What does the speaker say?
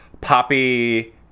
Poppy